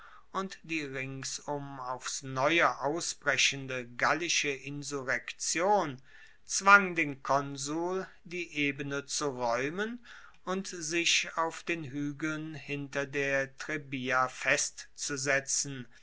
und die ringsum aufs neue ausbrechende gallische insurrektion zwang den konsul die ebene zu raeumen und sich auf den huegeln hinter der trebia festzusetzen